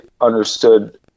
understood